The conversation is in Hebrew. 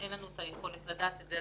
ואין לנו היכולת לדעת את זה.